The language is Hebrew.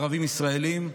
ערבים ישראלים.